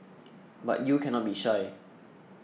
but you cannot be shy